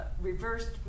reversed